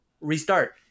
restart